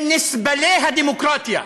הם נסבלי הדמוקרטיה,